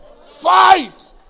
Fight